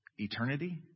Eternity